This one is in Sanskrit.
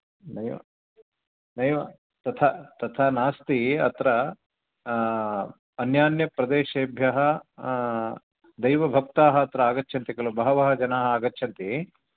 नैव नैव तथा तथा नास्ति अत्र अन्यान्यप्रदेशेभ्यः दैवभक्ताः अत्र आगच्छन्ति खलु बहवः जनाः आगच्छन्ति